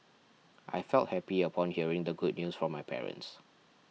I felt happy upon hearing the good news from my parents